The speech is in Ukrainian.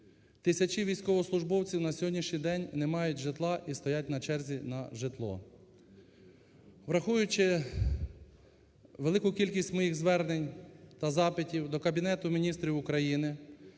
Тисячі військовослужбовців на сьогоднішній день не мають житла і стоять на черзі на житло. Враховуючи велику кількість моїх звернень та запитів до Кабінету Міністрів України